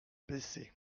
baisser